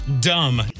dumb